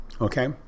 Okay